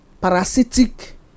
Parasitic